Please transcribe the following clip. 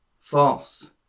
False